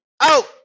Out